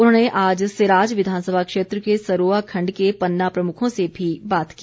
उन्होंने आज सिराज विधानसभा क्षेत्र सरोआ खंड के पन्ना प्रमुखों से भी बात की